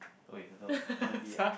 !oi! hello not happy ah